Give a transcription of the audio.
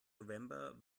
november